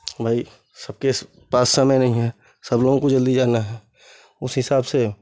भाई सबके पास समय नहीं है सब लोगों को जल्दी जाना है उस हिसाब से